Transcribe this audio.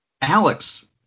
Alex